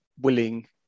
willing